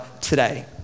today